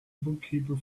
bookkeeper